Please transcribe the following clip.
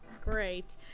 Great